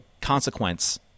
consequence